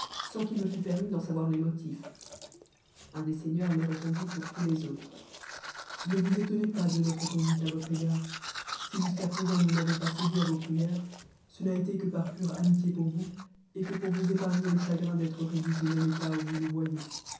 sans qu'il me fût permis d'en savoir les motifs un des seigneurs me répondit pour tous les autres ne vous étonnez pas de notre conduite à votre égard si jusqu'à présent nous n'avons pas cédé à vos prières ce n'a été que par pure amitié pour vous et que pour vous épargner le chagrin d'être réduit au même état où vous nous voyez